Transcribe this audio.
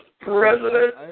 President